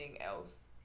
else